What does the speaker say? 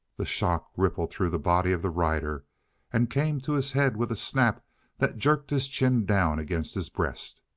the shock rippled through the body of the rider and came to his head with a snap that jerked his chin down against his breast.